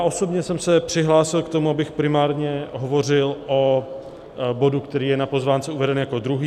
Osobně jsem se přihlásil k tomu, abych primárně hovořil o bodu, který je na pozvánce uveden jako druhý.